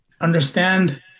understand